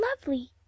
lovely